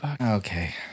Okay